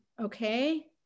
Okay